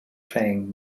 playing